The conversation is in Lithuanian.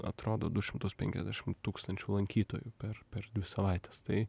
atrodo du šimtus penkiasdešimt tūkstančių lankytojų per per dvi savaites tai